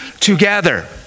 together